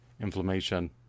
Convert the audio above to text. inflammation